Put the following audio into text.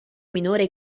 minore